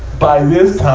by this time,